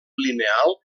lineal